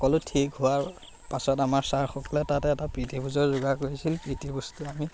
সকলো ঠিক হোৱাৰ পাছত আমাৰ চাৰসকলে তাতে এটা প্ৰীতি ভোজৰ যোগাৰ কৰিছিল প্ৰীতি ভোজ আমি